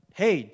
hey